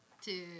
two